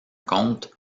conte